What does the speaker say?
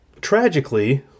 Tragically